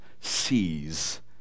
sees